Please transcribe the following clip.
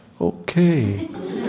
Okay